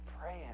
praying